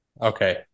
okay